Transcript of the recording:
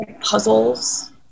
puzzles